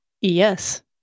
Yes